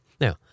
Now